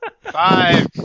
five